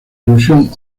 ilusión